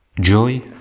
joy